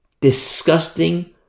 disgusting